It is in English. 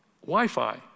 Wi-Fi